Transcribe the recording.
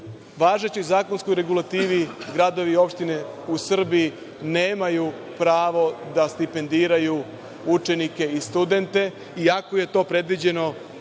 važećoj zakonskoj regulativi gradovi i opštine u Srbiji nemaju pravo da stipendiraju učenike i studente iako je to predviđeno